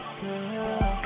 girl